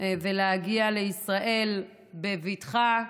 ולהגיע לישראל בבטחה,